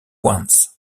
ones